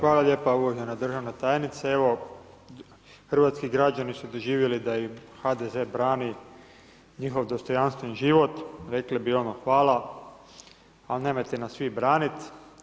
Hvala lijepo uvažena državna tajnice, evo hrvatski građani su doživjeli da im HDZ brani njihov dostojanstven život, rekli bi ono hvala al nemojte nas vi branit.